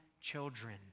children